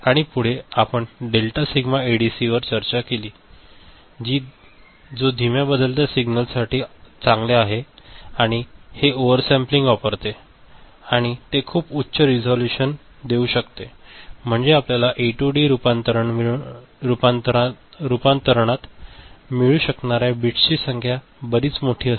आणि पुढे आपण डेल्टा सिग्मा एडीसीवर चर्चा केली जो धीम्या बदलत्या सिग्नलसाठी चांगले आहे आणि हे ओव्हरसॅमपमीलिंग वापरते आणि ते खूप उच्च रिझोल्यूशन देऊ शकते म्हणजे आपल्याला ए टू डी रूपांतरणात मिळू शकणार्या बिट्सची संख्या बरीच मोठी असते